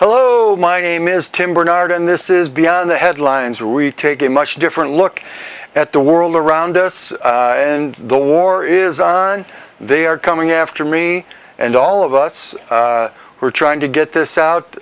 hello my name is tim barnard and this is beyond the headlines we take a much different look at the world around us and the war is on they are coming after me and all of us who are trying to get this out